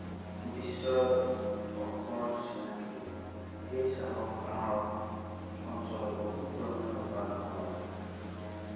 বিশ্বত অসমৰ চিনাকী সেই চাহ আমাৰ অঞ্চলত বহুত পৰিমাণে উৎপাদন হয়